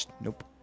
Nope